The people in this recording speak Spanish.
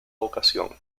ocasión